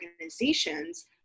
organizations